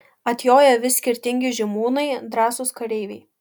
atjoja vis skirtingi žymūnai drąsūs kareiviai